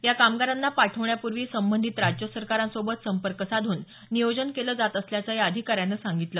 या कामगारांना पाठवण्यापूर्वी संबंधित राज्य सरकारांसोबत संपर्क साधून नियोजन केलं जात असल्याचं या अधिकाऱ्यानं सांगितलं